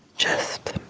just